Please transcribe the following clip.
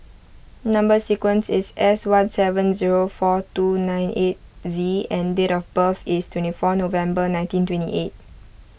Number Sequence is S one seven zero four two nine eight Z and date of birth is twenty four November nineteen twenty eight